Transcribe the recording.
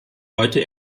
wollte